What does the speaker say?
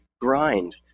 grind